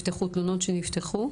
יסמין.